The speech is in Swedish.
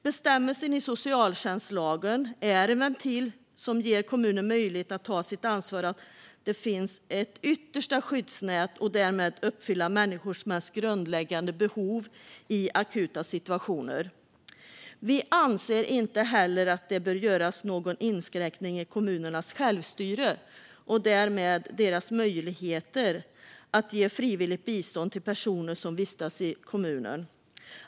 Bestämmelsen i socialtjänstlagen är en ventil som ger kommuner möjlighet att ta sitt ansvar för att det finns ett yttersta skyddsnät och därmed uppfylla människors mest grundläggande behov i akuta situationer. Vi anser inte heller att det bör göras någon inskränkning i kommunernas självstyre och därmed deras möjlighet att ge frivilligt bistånd till personer som vistas i kommunen.